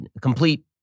complete